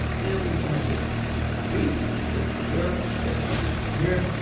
and we're going to just copy this blurb, place it over here.